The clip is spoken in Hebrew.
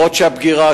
הבגירה,